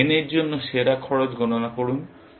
n এর জন্য সেরা খরচ গণনা করুন